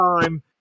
time